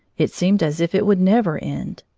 it seemed as if it would never end.